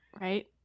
right